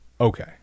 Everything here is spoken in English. Okay